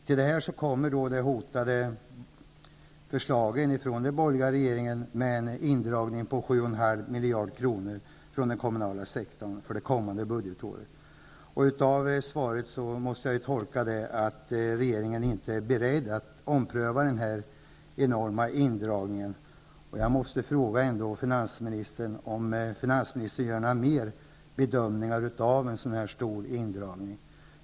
Till detta kommer de hotande förslagen från den borgerliga regeringen om en indragning på 7,5 miljarder kronor från den kommunala sektorn för det kommande budgetåret. Jag måste tolka svaret som att regeringen inte är beredd att ompröva denna enorma indragning. Bedömer finansministern att det kommer att ske någon mer sådan stor indragning?